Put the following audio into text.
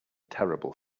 terrible